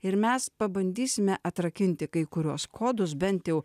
ir mes pabandysime atrakinti kai kuriuos kodus bent jau